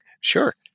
Sure